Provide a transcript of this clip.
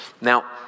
Now